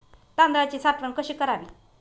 तांदळाची साठवण कशी करावी?